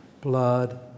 blood